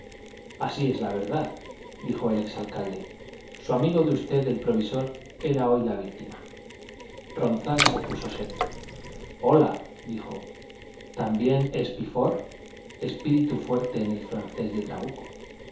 así es la verdad dijo el ex alcalde su amigo de usted el provisor era hoy la víctima ronzal se puso serio hola dijo también espifor espíritu fuerte en el francés de trabuco